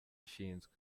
ashinzwe